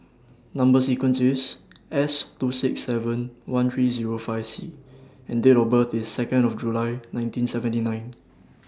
Number sequence IS S two six seven one three Zero five C and Date of birth IS Second of July nineteen seventy nine